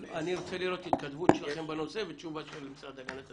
אני רוצה לראות התכתבות שלכם בנושא ותשובה של משרד להגנת הסביבה.